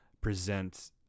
present